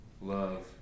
love